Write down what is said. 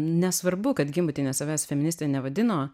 nesvarbu kad gimbutienė savęs feministe nevadino